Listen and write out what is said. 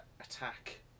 attack